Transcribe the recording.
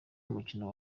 umukino